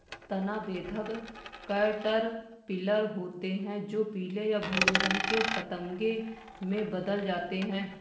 तना बेधक कैटरपिलर होते हैं जो पीले या भूरे रंग के पतंगे में बदल जाते हैं